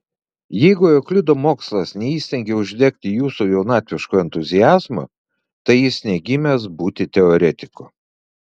jeigu euklido mokslas neįstengė uždegti jūsų jaunatviško entuziazmo tai jis negimęs būti teoretiku